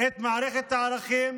את מערכת הערכים,